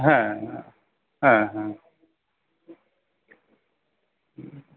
হ্যাঁ হ্যাঁ হ্যাঁ হ্যাঁ